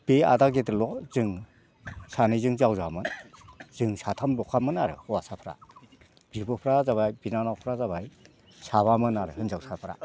बे आदा गेदेरल' जों सानैजों जावजामोन जों साथामल'खामोन आरो हौवासाफ्रा बिब'फ्रा जाबाय बिनानावफ्रा जाबाय साबामोन आरो हिनजावसाफ्रा